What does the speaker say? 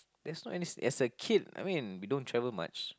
that's why as as a kid I mean we don't travel much